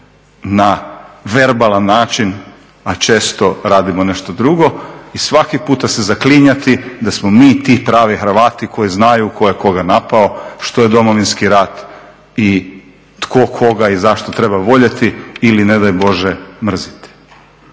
na verbalan način, a često radimo nešto drugo i svaki puta se zaklinjati da smo mi ti pravi Hrvati koji znaju tko je koga napao, što je Domovinski rat i tko koga i zašto treba voljeti ili ne daj Bože mrziti.